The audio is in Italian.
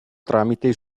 tramite